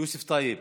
יוסף טייב,